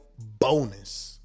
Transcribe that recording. Bonus